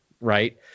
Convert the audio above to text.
right